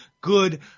good